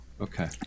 okay